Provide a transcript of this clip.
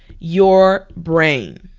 your brain.